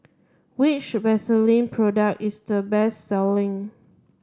which Vaselin product is the best selling